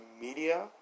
Media